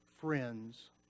friends